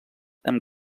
amb